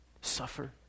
suffer